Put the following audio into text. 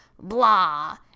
blah